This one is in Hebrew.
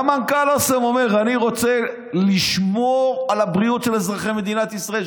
גם מנכ"ל אוסם אומר: אני רוצה לשמור על הבריאות של אזרחי מדינת ישראל,